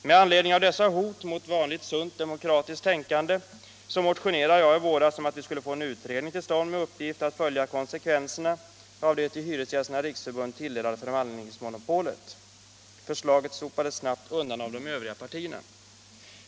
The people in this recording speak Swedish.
Med anledning av dessa hot mot vanligt sunt demokratiskt tänkande motionerade jag i våras om att vi skulle få en utredning till stånd med uppgift att följa konsekvenserna av det förhandlingsmonopol som tilldelats Hyresgästernas riksförbund. Förslaget sopades snabbt undan av de övriga partierna.